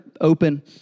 open